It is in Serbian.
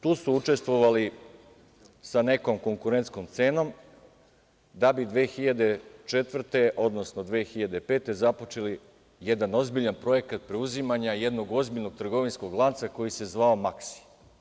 Tu su učestvovali sa nekom konkurentskom cenom da bi 2004. godine, odnosno 2005. godine započeli jedan ozbiljan projekat preuzimanja jednog ozbiljnog trgovinskog lanca koji se zvao „Maksi“